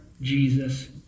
Jesus